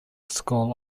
school